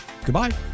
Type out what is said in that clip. goodbye